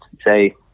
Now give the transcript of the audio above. say